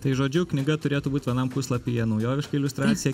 tai žodžiu knyga turėtų būt vienam puslapyje naujoviška iliustracija